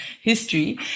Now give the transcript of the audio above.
history